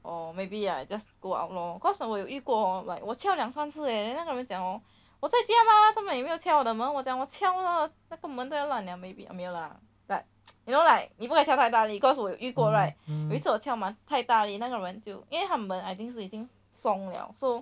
or maybe ya just go out lor cause 我有遇过 hor like 我敲两三次 leh then 那个人讲我再家 mah 做么你没有敲我的门我讲我敲了那个门太烂了 maybe 没有啦 like you know like 你不可以敲大力 because 我有遇过 right 每次我敲瞒太大力那个人就因为他的门 I think 是已经松了 so